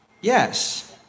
Yes